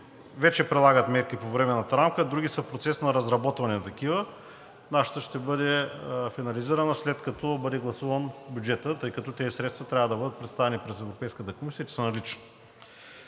вече прилагат мерките по Временната рамка, а други са в процес на разработване на такива. Нашата ще бъде финализирана, след като бъде гласуван бюджетът, тъй като тези средства трябва да бъдат представени пред Европейската комисия, че са налични.